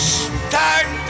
start